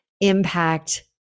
impact